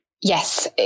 Yes